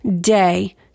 day